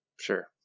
Sure